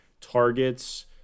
targets